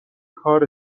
کار